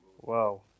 Wow